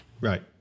Right